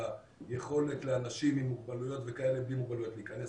היכולת לאנשים עם מוגבלויות וכאלה בלי מוגבלויות להיכנס,